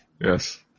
Yes